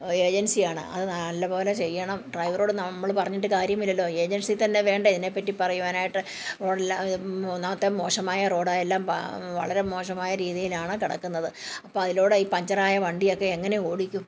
ഏജൻസിയാണ് അത് നല്ല പോലെ ചെയ്യണം ഡ്രൈവറോട് നമ്മൾ പറഞ്ഞിട്ട് കാര്യമില്ലല്ലോ ഏജൻസി തന്നെ വേണ്ടേ ഇതിനെപ്പറ്റി പറയുവാനായിട്ട് റോഡെല്ലാം ഒന്നാമത്തെ മോശമായ റോഡ് എല്ലാം വളരെ മോശമായ രീതിയിലാണ് കെടക്കുന്നത് അപ്പം അതിലൂടെ ഈ പഞ്ചറായ വണ്ടിയൊക്കെ എങ്ങനെ ഓടിക്കും